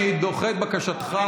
אני דוחה את בקשתך.